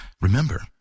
remember